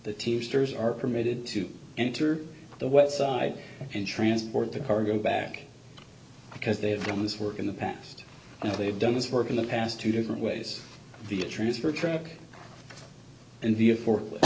the teamsters are permitted to enter the wet side and transport the cargo back because they have done this work in the past they've done this work in the past two different ways the transfer truck and view fo